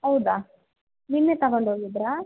ಹೌದಾ ನಿನ್ನೆ ತಗೊಂಡು ಹೋಗಿದ್ರಾ